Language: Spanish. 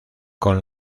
con